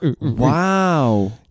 Wow